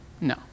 No